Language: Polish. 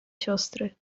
siostry